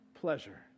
pleasure